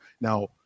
Now